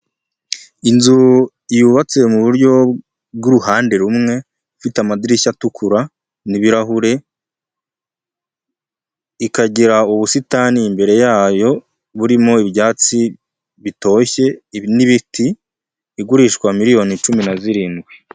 Inzu yubatse mu buryo bw'uruhande rumwe, ifite amadirishya atukura n'ibirahure, ikagira ubusitani imbere yayo burimo ibyatsi bitoshye n'ibiti, igurishwa miliyoni cumi na zirindwi.